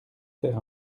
faire